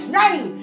name